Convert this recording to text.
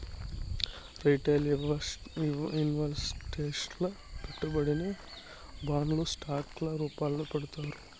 retail ఇన్వెస్టర్లు పెట్టుబడిని బాండ్లు స్టాక్ ల రూపాల్లో పెడతారు